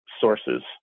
sources